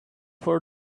for